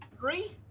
three